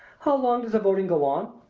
how long does the voting go on?